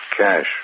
Cash